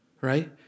Right